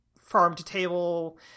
farm-to-table